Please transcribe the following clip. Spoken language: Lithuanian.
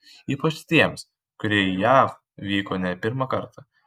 ypač tiems kurie į jav vyko ne pirmą kartą